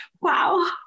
Wow